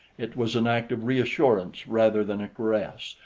it was an act of reassurance rather than a caress,